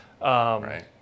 right